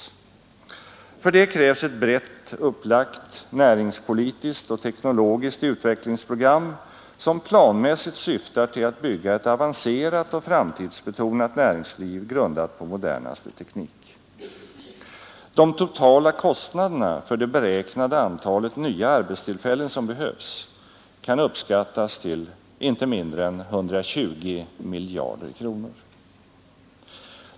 Nr 144 För detta krävs ett brett upplagt näringspolitiskt och teknologiskt Fredagen den utvecklingsprogram, som planmässigt syftar till att bygga ett avancerat — 15 december 1972 och framtidsbetonat näringsliv grundat på modernaste teknik. De totala kostnaderna för det beräknade antalet nya arbetstillfällen som behövs kan uppskattas till inte mindre än 120 miljarder kronor.